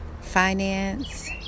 finance